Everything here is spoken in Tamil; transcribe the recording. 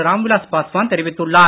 ராம்விலாஸ் பாஸ்வான் தெரிவித்துள்ளார்